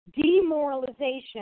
demoralization